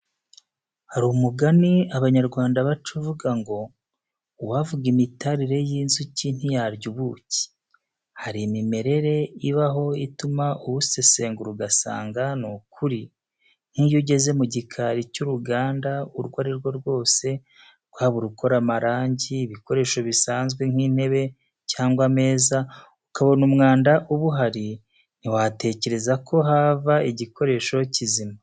Hari umugani Abanyarwanda baca uvuga ngo: ''Uwavuga imitarire y'inzuki ntiyarya ubuki." Hari imimerere ibaho ituma uwusesengura ugasanga ni ukuri, nk'iyo ugeze mu gikari cy'uruganda urwo ari rwo rwose, rwaba rukora amarangi, ibikoresho bisanzwe nk'intebe cyangwa ameza, ukabona umwanda uba uhari, ntiwatekereza ko hava igikoresho kizima.